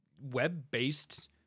web-based